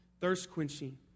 Thirst-quenching